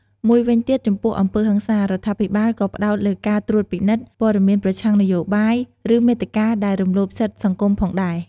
មួយវិញទៀតចំពោះអំពើហិង្សា រដ្ឋាភិបាលក៏ផ្តោតលើការត្រួតពិនិត្យ ព័ត៌មានប្រឆាំងនយោបាយ ឬមាតិកាដែលរំលោភសិទ្ធិសង្គមផងដែរ។